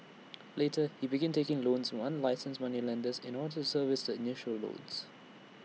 later he began taking loans from unlicensed moneylenders in order to service the initial loans